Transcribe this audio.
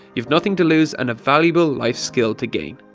you have nothing to lose and a valuable life skill to gain.